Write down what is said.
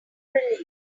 relief